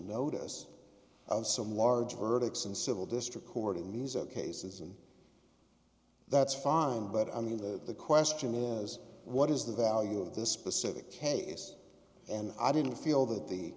notice of some large verdicts in civil district court in these cases and that's fine but i mean the question is what is the value of this specific case and i didn't feel that the